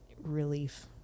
relief